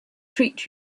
treat